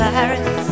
Paris